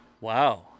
Wow